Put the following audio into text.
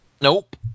Nope